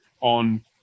on